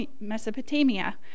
Mesopotamia